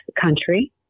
country